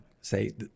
say